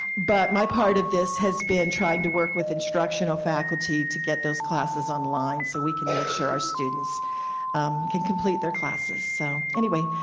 but my part of this has been trying to work with instructional faculty to get those classes online so we can make sure our students can complete their classes. so anyway.